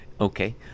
Okay